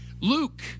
Luke